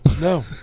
No